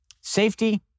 safety